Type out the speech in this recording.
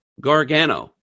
Gargano